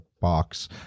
box